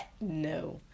No